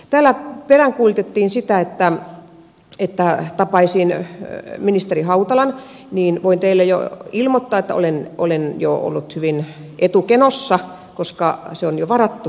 täällä peräänkuulutettiin sitä että tapaisin ministeri hautalan ja voin teille ilmoittaa että olen jo ollut hyvin etukenossa koska se aika on jo varattu